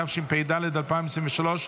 התשפ"ד 2023,